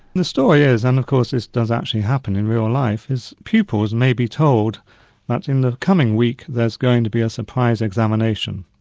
the story is and of course this does actually happen in real life is pupils may be told that in the coming week there's going to be a surprise examination.